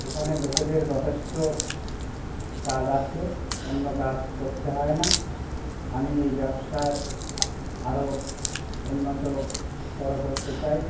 এখানে লোকেদের যথেষ্ট কাজ আছে অন্য কাজ করতে হয় না আমি এই ব্যবসায় আরো উন্নততর করতে চাই